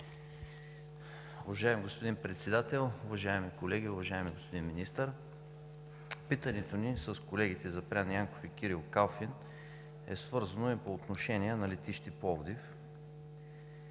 Уважаеми господин Председател, уважаеми колеги! Уважаеми господин Министър, питането ни с колегите Запрян Янков и Кирил Калфин е по отношение на летище Пловдив.